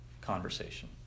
conversation